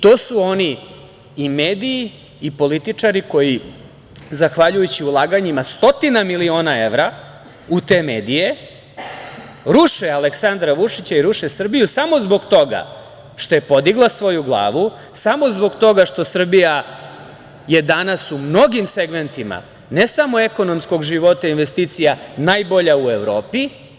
To su oni i mediji i političari koji zahvaljujući ulaganjima stotina miliona evra u te medije, ruše Aleksandra Vučića i ruše Srbiju, samo zbog toga što je podigla svoju glavu, samo zbog toga što Srbija je danas u mnogim segmentima, ne samo ekonomskog života investicija, najbolja u Evropi.